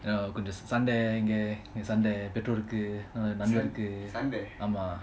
கொஞ்சம் சண்டை இங்க இங்க சண்டை:konjam sanda inga inga sanda petrol ku sanda ama